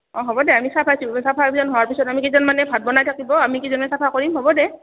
অঁ হ'ব দে আমি চাফাই অভিযান হোৱাৰ পিছত আমি কেইজনমানে ভাত বনাই থাকিব আমি কেইজনমানে চাফা কৰিম হ'ব দে